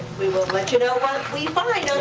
we will let you know what we find.